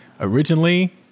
Originally